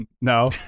No